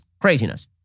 craziness